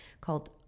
called